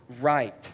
right